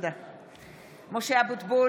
(קוראת בשמות חברי הכנסת) משה אבוטבול,